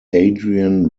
adrian